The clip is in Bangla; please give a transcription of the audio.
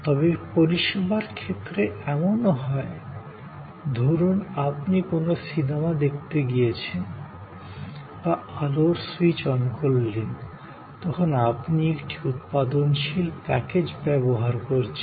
তবে পরিষেবার ক্ষেত্রে এমনও হয় ধরুন আপনি কোনো সিনেমা দেখতে গিয়েছেন বা আলোর সুইচ অন করলেন তখন আপনি একটি উৎপাদনশীল প্যাকেজ ব্যবহার করছেন